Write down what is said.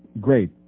Great